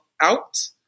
out